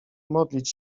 modlić